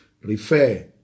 Refer